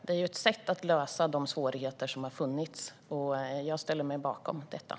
Detta är ett sätt att lösa sådana svårigheter som har funnits, och jag ställer mig bakom förslaget.